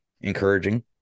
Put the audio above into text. encouraging